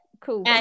cool